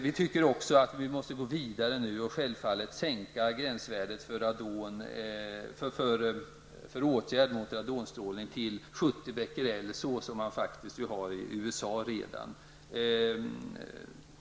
Vi tycker också att vi måste gå vidare och sänka gränsvärdet för åtgärder mot radonstrålning till 70 becquerel, en nivå som man faktiskt har i USA redan.